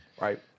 right